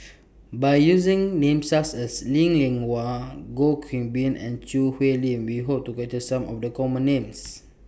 By using Names such as Lee Li Lian Goh Qiu Bin and Choo Hwee Lim We Hope to capture Some of The Common Names